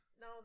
No